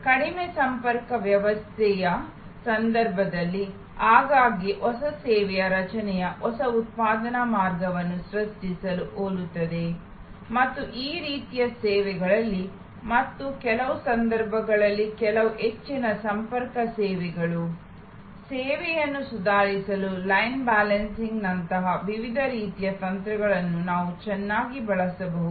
ಕಡಿಮೆ ಸಂಪರ್ಕ ವ್ಯವಸ್ಥೆಯ ಸಂದರ್ಭದಲ್ಲಿ ಆಗಾಗ್ಗೆ ಹೊಸ ಸೇವೆಯ ರಚನೆಯು ಹೊಸ ಉತ್ಪಾದನಾ ಮಾರ್ಗವನ್ನು ಸೃಷ್ಟಿಸಲು ಹೋಲುತ್ತದೆ ಮತ್ತು ಈ ರೀತಿಯ ಸೇವೆಗಳಲ್ಲಿ ಮತ್ತು ಕೆಲವು ಸಂದರ್ಭಗಳಲ್ಲಿ ಕೆಲವು ಹೆಚ್ಚಿನ ಸಂಪರ್ಕ ಸೇವೆಗಳು ಸೇವೆಯನ್ನು ಸುಧಾರಿಸಲು ಲೈನ್ ಬ್ಯಾಲೆನ್ಸಿಂಗ್ನಂತಹ ವಿವಿಧ ರೀತಿಯ ತಂತ್ರಗಳನ್ನು ನಾವು ಚೆನ್ನಾಗಿ ಬಳಸಬಹುದು